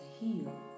heal